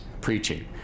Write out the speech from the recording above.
preaching